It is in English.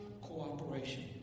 cooperation